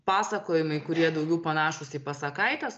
pasakojimai kurie daugiau panašūs į pasakaites